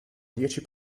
dieci